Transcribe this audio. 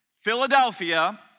Philadelphia